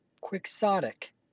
quixotic